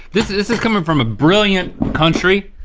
this is this is coming from a brilliant country.